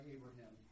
Abraham